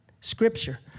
scripture